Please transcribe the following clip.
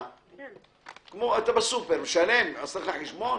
כשאתה בסופר משלם, עושים לך חשבון,